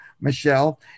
Michelle